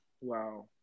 Wow